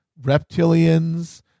reptilians